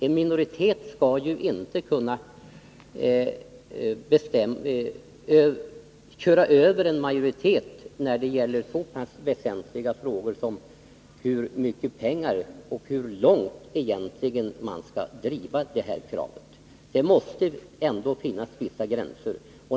En minoritet skall ju inte kunna köra över en majoritet när det gäller så pass väsentliga frågor som hur mycket pengar man skall lägga ut och hur långt man egentligen skall driva detta krav. Det måste ändå finnas vissa gränser.